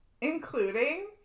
including